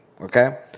Okay